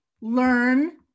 learn